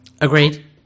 Agreed